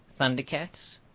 thundercats